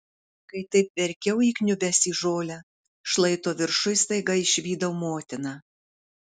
kai taip verkiau įkniubęs į žolę šlaito viršuj staiga išvydau motiną